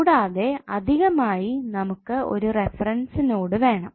കൂടാതെ അധികമായി നമുക്ക് ഒരു റഫറൻസ് നോഡ് വേണം